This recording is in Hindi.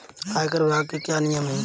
आयकर विभाग के क्या नियम हैं?